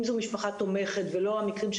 אם זו משפחה תומכת ולא המקרים,